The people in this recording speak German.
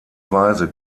weise